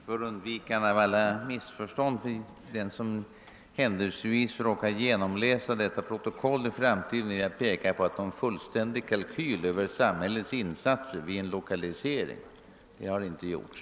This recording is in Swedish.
Herr talman! För undvikande av alla missförstånd hos den som råkar genomläsa detta protokoll i framtiden vill jag påpeka att någon fullständig kalkyl över samhällets insatser vid en lokalisering inte har gjorts.